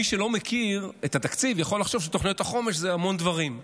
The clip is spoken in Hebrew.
מי שלא מכיר את התקציב יכול לחשוב שתוכניות החומש זה המון דברים.